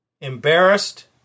Embarrassed